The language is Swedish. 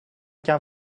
kan